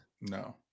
No